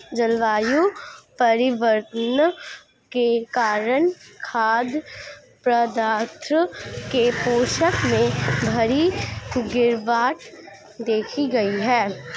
जलवायु परिवर्तन के कारण खाद्य पदार्थों के पोषण में भारी गिरवाट देखी गयी है